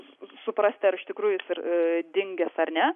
suprast ar iš tikrųjų jis yra dingęs ar ne